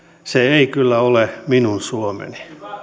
se ei kyllä ole minun suomeni